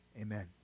Amen